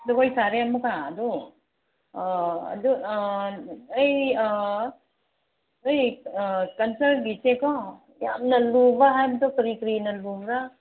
ꯖꯒꯣꯏ ꯁꯥꯔꯦ ꯑꯃꯨꯛꯀ ꯑꯗꯨ ꯑꯣ ꯑꯗꯨ ꯑꯩ ꯅꯣꯏ ꯀꯜꯆꯔꯒꯤꯁꯦꯀꯣ ꯌꯥꯝꯅ ꯂꯨꯕ ꯍꯥꯏꯕꯗꯨ ꯀꯔꯤ ꯀꯔꯤꯅ ꯂꯨꯕ꯭ꯔꯥ